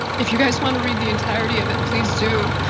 if you guys wanna read the entirety of it please do.